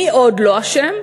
מי עוד לא אשם?